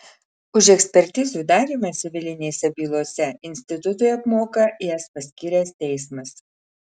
už ekspertizių darymą civilinėse bylose institutui apmoka jas paskyręs teismas